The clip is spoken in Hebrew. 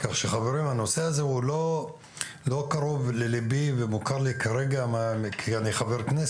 הנושא הזה מוכר לי וקרוב לליבי לא כחבר כנסת